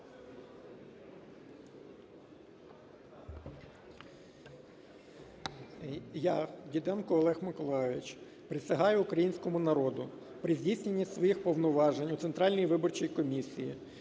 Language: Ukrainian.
Я, Любченко Павло Миколайович, присягаю Українському народу при здійсненні своїх повноважень у Центральній виборчій комісії